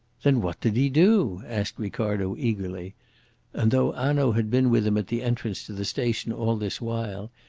then what did he do? asked ricardo eagerly and, though hanaud had been with him at the entrance to the station all this while,